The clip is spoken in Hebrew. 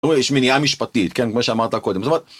יש מניעה משפטית, כן, כמו שאמרת הקודם, זאת אומרת...